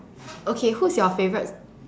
okay who's your favourite